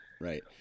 Right